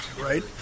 right